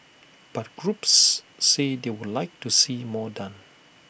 but groups say they would like to see more done